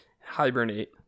Hibernate